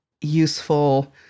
useful